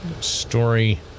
Story